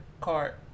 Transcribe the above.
cart